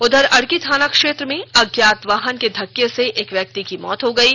उधर अड़की थाना क्षेत्र में अज्ञात वाहन के धक्के से एक व्यक्ति की मौत हो गयी